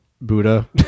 Buddha